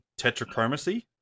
tetrachromacy